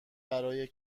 برای